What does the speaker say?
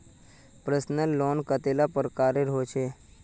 Personal loan कतेला प्रकारेर होचे?